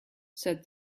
said